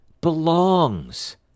belongs